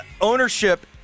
ownership